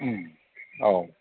औ